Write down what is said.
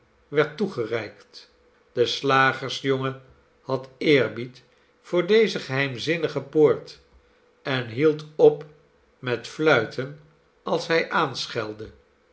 werd toegereikt de slagersjongen had eerbied voor deze geheimzinnige poort en hield op met fluiten als hij